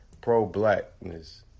pro-blackness